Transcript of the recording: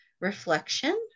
reflection